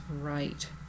right